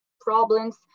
problems